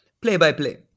play-by-play